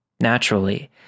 Naturally